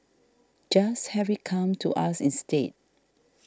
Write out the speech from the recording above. just have it come to us instead